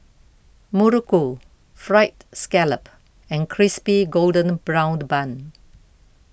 Muruku Fried Scallop and Crispy Golden Browned Bun